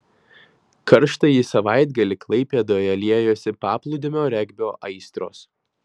karštąjį savaitgalį klaipėdoje liejosi paplūdimio regbio aistros